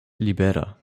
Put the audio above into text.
libera